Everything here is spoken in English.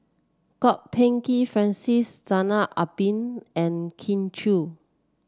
Kwok Peng Kin Francis Zainal Abidin and Kin Chui